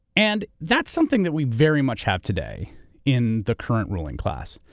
and that's something that we very much have today in the current ruling class.